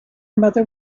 mother